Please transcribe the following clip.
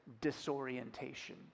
disorientation